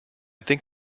think